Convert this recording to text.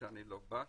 לא בא.